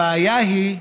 הבעיה היא,